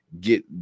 get